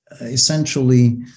essentially